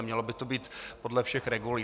Mělo by to být podle všech regulí.